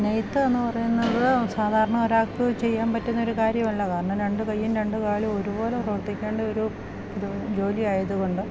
നെയ്ത്ത് എന്ന് പറയുന്നത് സാധാരണ ഒരാൾക്ക് ചെയ്യാൻ പറ്റുന്ന ഒരു കാര്യമല്ല കാരണം രണ്ട് കയ്യും രണ്ട് കാലും ഒരുപോലെ പ്രവർത്തിക്കേണ്ട ഒരു ജോലി ജോലി ആയത് കൊണ്ട്